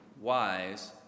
wise